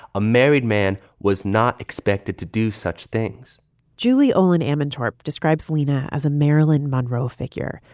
a married man was not expected to do such things julie ohlin ammentorp describes lena as a marilyn monroe figure,